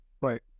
Right